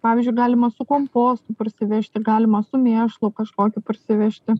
pavyzdžiui galima su kompostu parsivežti galima su mėšlu kažkokiu parsivežti